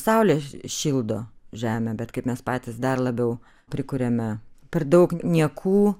saulė šildo žemę bet kaip mes patys dar labiau prikuriame per daug niekų